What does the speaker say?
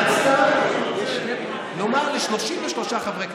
רצתה לומר ל-33 חברי כנסת,